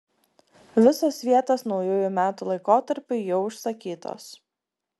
visos vietos naujųjų metų laikotarpiui jau užsakytos